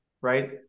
right